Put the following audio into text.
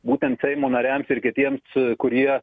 būtent seimo nariams ir kitiems kurie